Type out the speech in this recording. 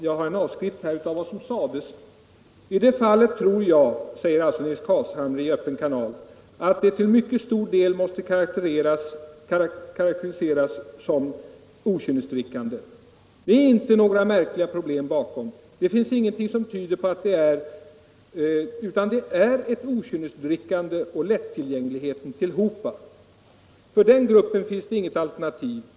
Jag har en avskrift här av vad som sades i programmet Öppen kanal. Där säger herr Carlshamre: ”I det fallet tror jag att det till mycket stor del måste karakteriseras som okynnesdrickande. Det är inte några märkliga problem bakom. Det finns ingenting, som tyder på att det är, utan det är ett okynnesdrickande och lättillgängligheten tillhopa. För den gruppen finns det inget alternativ.